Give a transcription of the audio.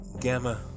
Gamma